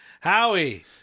Howie